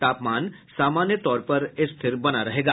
तापमान सामान्य तौर पर स्थिर बना रहेगा